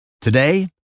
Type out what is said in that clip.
Today